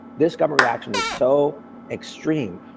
this government reaction is so extreme.